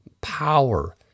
power